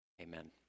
amen